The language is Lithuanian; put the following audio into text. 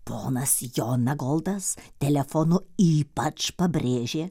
ponas jonagoldas telefonu ypač pabrėžė